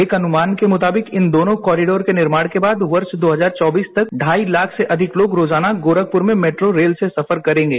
एक अनुमान के मुताबिक इन दोनों कॉरिडोर के निर्माण के बाद वर्श दो हजार चौबीस तक ढाई लाख से अधिक लोग रोजाना गोरखपुर में मेट्रो रेल से सफर करेंगे